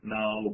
now